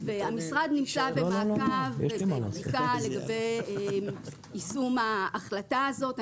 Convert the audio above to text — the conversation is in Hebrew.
המשרד נמצא במעקב לגבי יישום ההחלטה הזאת.